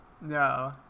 no